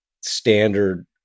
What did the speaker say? standard